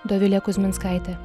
dovilė kuzminskaitė